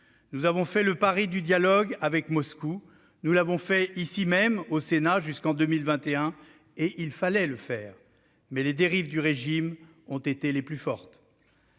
nous avons fait le pari du dialogue avec Moscou. Nous l'avons fait ici même, au Sénat, jusqu'en 2021 et il fallait le faire, mais les dérives du régime ont été les plus fortes.